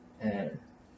and